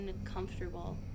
uncomfortable